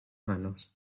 manos